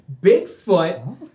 Bigfoot